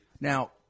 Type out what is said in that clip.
Now